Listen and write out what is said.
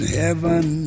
heaven